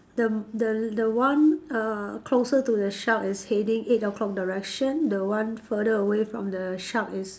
the the the one uh closer to the shop is heading eight O-clock direction the one further away from the shop is